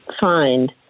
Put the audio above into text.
find